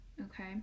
okay